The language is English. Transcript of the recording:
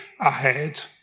ahead